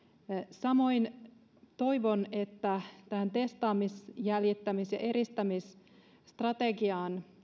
samoin toivon että tähän testaamis jäljittämis ja eristämisstrategiaan